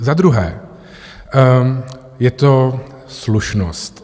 Za druhé je to slušnost.